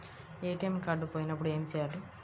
ATM card పోయినప్పుడు ఏమి చేయాలి?